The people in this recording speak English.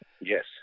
Yes